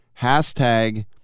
Hashtag